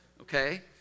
okay